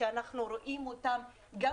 שאנחנו רואים אותם גם